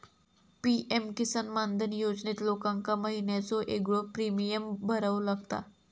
PM Kisan Maandhan योजनेत लोकांका महिन्याचो येगळो प्रीमियम भरावो लागता